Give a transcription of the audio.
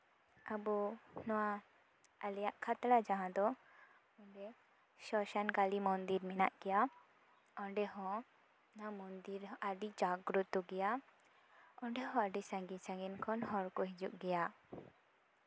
ᱟᱵᱚᱣᱟᱜ ᱱᱚᱣᱟ ᱟᱞᱮᱭᱟᱜ ᱠᱷᱟᱛᱲᱟ ᱡᱟᱦᱟᱸ ᱫᱚ ᱚᱸᱰᱮ ᱥᱚᱥᱟᱱᱠᱟᱞᱤ ᱢᱚᱱᱫᱤᱨ ᱢᱮᱱᱟᱜ ᱜᱮᱭᱟ ᱚᱸᱰᱮᱦᱚᱸ ᱚᱱᱟ ᱢᱚᱱᱫᱤᱨ ᱟᱹᱰᱤ ᱡᱟᱜᱽᱨᱚᱛᱚ ᱜᱮᱭᱟ ᱚᱸᱰᱮᱦᱚᱸ ᱟᱹᱰᱤ ᱥᱟᱺᱜᱤᱧ ᱥᱟᱺᱜᱤᱧ ᱠᱷᱚᱱ ᱦᱚᱲᱠᱚ ᱦᱤᱡᱩᱜ ᱜᱮᱭᱟ